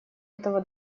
этого